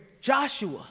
Joshua